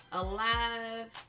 alive